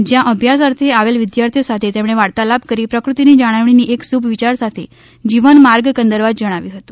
જ્યાં અભ્યાસ અર્થે આવેલ વિદ્યાર્થીઓ સાથે તેમણે વાર્તાલાપ કરી પ્રકૃતિની જાળવણીના એક શુભ વિચાર સાથે જીવન માર્ગ કંદરવા જણાવ્યુ હતું